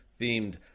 themed